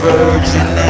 Virgin